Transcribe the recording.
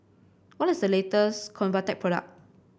what is the latest Convatec product